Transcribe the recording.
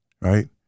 right